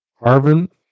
Harvin